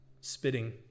spitting